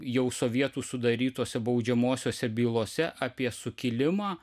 jau sovietų sudarytose baudžiamosiose bylose apie sukilimą